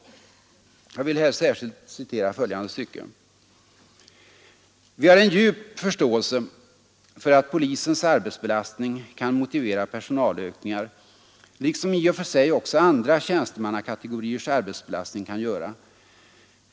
Jag vill här särskilt citera följande stycke: ”Vi har djup förståelse för att polisens arbetsbelastning kan motivera personalökningar, liksom i och för sig också andra tjänstemannakategoriers arbetsbelastning kan göra.